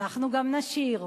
אנחנו גם נשיר,